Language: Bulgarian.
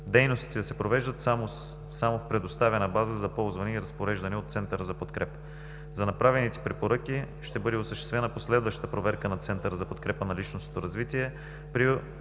Дейностите да се провеждат само в предоставена база за ползване и разпореждане от Центъра за подкрепа. За направените препоръки ще бъде осъществена последваща проверка на Центъра за подкрепа на личностното развитие. При